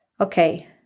okay